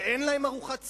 שאין להם ארוחת צהריים,